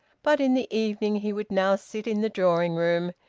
but in the evening he would now sit in the drawing-room,